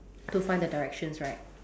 to find the directions right